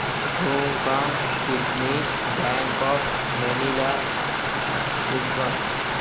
Hong Kong Sydney Bangkok Manila Lisbon